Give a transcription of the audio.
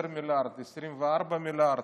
10 מיליארד, 24 מיליארד,